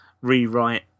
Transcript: rewrite